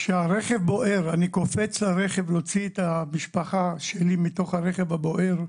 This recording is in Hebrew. כשהרכב בוער אני קופץ לרכב להוציא את המשפחה שלי מתוך הרכב הבוער,